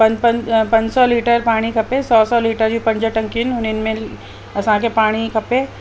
पंज पंज पंज सौ लीटर पाणी खपे सौ सौ लीटर जी पंज टंकियूं आहिनि उन्हनि में असांखे पाणी खपे